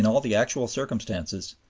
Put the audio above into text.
you know all the actual circumstances,